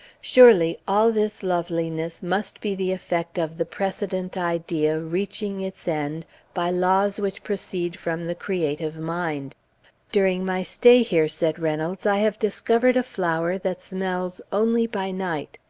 surely all this loveliness must be the effect of the precedent idea reaching its end by laws which proceed from the creative mind during my stay here, said reynolds, i have discovered a flower that smells only by night.